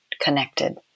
connected